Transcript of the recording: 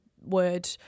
word